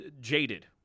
jaded